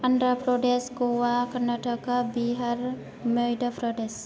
अन्ध्र प्रदेश गवा कर्नाटक बिहार मध्य' प्रदेश